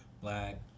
black